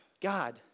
God